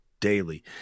daily